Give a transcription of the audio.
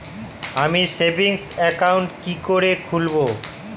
আমি savings account কি করে খুলব?